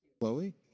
Chloe